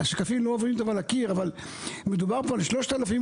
החלטה שהתקבלה על רקע של איסוף נתונים מן השנים 2013-2016